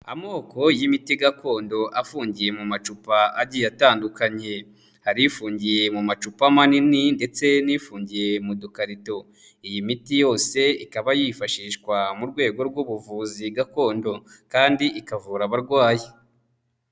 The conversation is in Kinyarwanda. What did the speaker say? Amoko y'imiti gakondo afungiye mu macupa agiye atandukanye, hari ifungiye mu macupa manini ndetse n'ifungiye mu dukarito, iyi miti yose ikaba yifashishwa mu rwego rw'ubuvuzi gakondo kandi ikavura abarwayi.